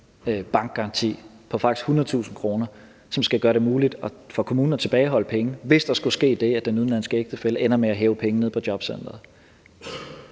bankgaranti på faktisk 100.000 kr., som skal gøre det muligt for kommunen at tilbageholde penge, hvis der skulle ske det, at den udenlandske ægtefælle ender med at hæve penge nede på jobcentret.